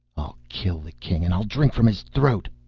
i'll kill the king and i'll drink from his throat!